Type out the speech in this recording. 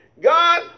God